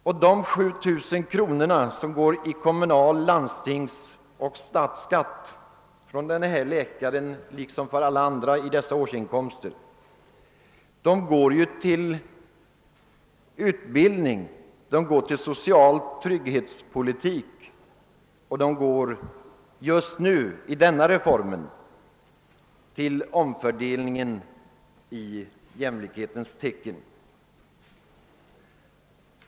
Och de 7 000 kronorna som dras i kommunal-, landstingsoch statsskatt går ju till utbildning, de går till social trygghet, och de går enligt denna reform till en omfördelning i jämlikhetens tecken.